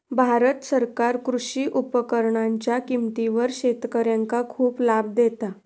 भारत सरकार कृषी उपकरणांच्या किमतीवर शेतकऱ्यांका खूप लाभ देता